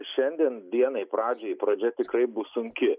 šiandien dienai pradžiai pradžia tikrai bus sunki